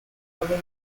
album